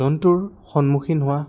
জন্তুৰ সন্মুখীন হোৱা